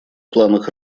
планах